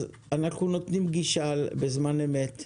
אנחנו נותנים גישה למשטרה בזמן אמת.